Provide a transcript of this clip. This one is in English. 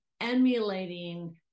emulating